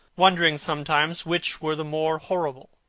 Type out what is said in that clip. wondering sometimes which were the more horrible,